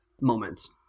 moments